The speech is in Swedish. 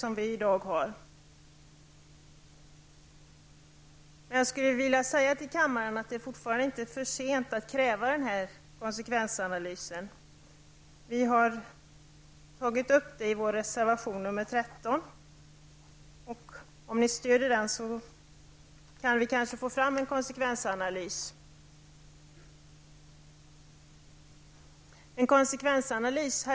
Jag vill säga till kammarens ledamöter att det fortfarande inte är för sent att kräva en sådan konsekvensanalys. Vi har tagit upp det kravet i vår reservation nr 13, och om ni stöder den kan vi kanske få till stånd en konsekvensanalys.